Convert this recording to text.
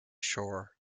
shore